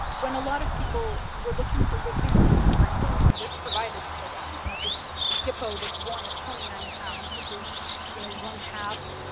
when a lot of people were looking for good news, frankly, and this provided it for them. you have this hippo that's born at twenty nine pounds, which is you know one half.